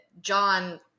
John